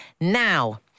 Now